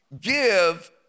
give